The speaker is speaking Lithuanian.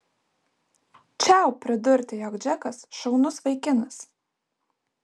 čiau pridurti jog džekas šaunus vaikinas